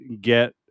get